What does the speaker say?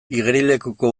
igerilekuko